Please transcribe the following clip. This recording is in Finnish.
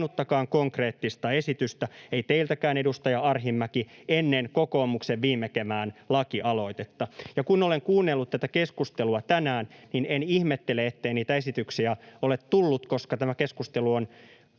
ainuttakaan konkreettista esitystä, ei teiltäkään, edustaja Arhinmäki, ennen kokoomuksen viime kevään lakialoitetta. Ja kun olen kuunnellut tätä keskustelua tänään, niin en ihmettele, ettei niitä esityksiä ole tullut, koska tämä keskustelu on